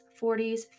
40s